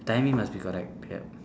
timing must be correct yup